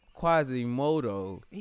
Quasimodo